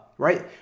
right